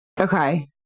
okay